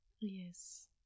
yes